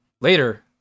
Later